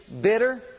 bitter